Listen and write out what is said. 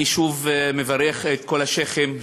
אני שוב מברך את כל השיח'ים,